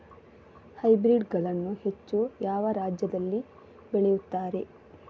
Hybrid ಗಳನ್ನು ಹೆಚ್ಚು ಯಾವ ರಾಜ್ಯದಲ್ಲಿ ಬೆಳೆಯುತ್ತಾರೆ?